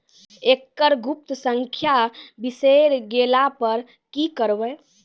एकरऽ गुप्त संख्या बिसैर गेला पर की करवै?